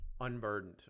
unburdened